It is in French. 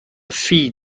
fille